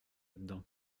dedans